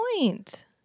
point